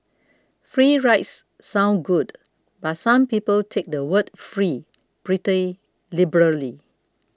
free rides sound good but some people take the word free pretty liberally